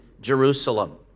Jerusalem